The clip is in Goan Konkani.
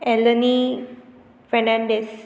एलनी फेर्नेंडीस